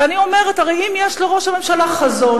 ואני אומרת: הרי אם יש לראש הממשלה חזון,